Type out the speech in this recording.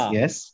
yes